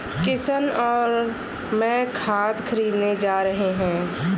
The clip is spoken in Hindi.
किशन और मैं खाद खरीदने जा रहे हैं